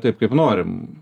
taip kaip norim